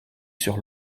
sur